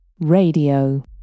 Radio